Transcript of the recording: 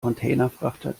containerfrachter